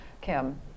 Kim